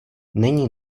není